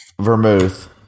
vermouth